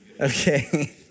Okay